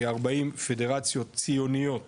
כ-40 פדרציות ציוניות